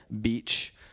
Beach